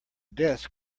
desk